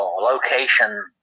location